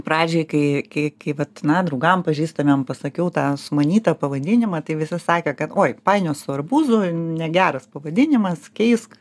pradžiai kai kai kai vat na draugam pažįstamiem pasakiau tą sumanytą pavadinimą tai visi sakė kad oi painios su arbūzu negeras pavadinimas keisk